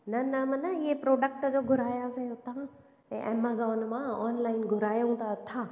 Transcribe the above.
न न माना हीअ प्रोडक्ट जो घुरायासीं असां हीअ एमाजॉन मां ऑनलाइन घुरायूं त था